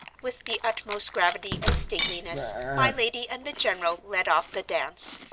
with the utmost gravity and stateliness my lady and the general led off the dance,